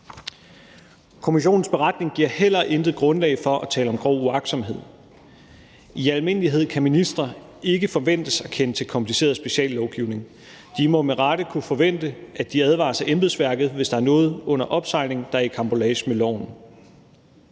Kommissionens beretning giver heller intet grundlag for at tale om grov uagtsomhed. I almindelighed kan ministre ikke forventes at kende til kompliceret speciallovgivning. De må med rette kunne forvente, at de advares af embedsværket, hvis der er noget under opsejling, der er i karambolage med loven.